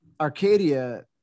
Arcadia